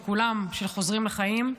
שכולן של "חוזרים לחיים",